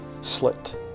slit